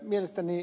mielestäni ed